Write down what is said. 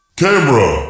camera